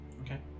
Okay